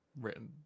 written